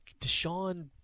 Deshaun